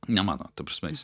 ne mano ta prasme jis